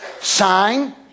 sign